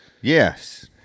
Yes